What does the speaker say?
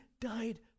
died